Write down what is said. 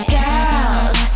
Girls